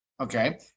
Okay